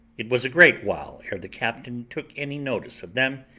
it was a great while ere the captain took any notice of them,